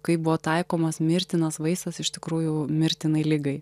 kai buvo taikomas mirtinas vaistas iš tikrųjų mirtinai ligai